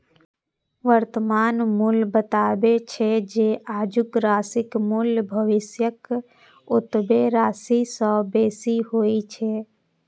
वर्तमान मूल्य बतबै छै, जे आजुक राशिक मूल्य भविष्यक ओतबे राशि सं बेसी होइ छै